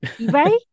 Right